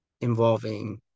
involving